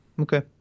Okay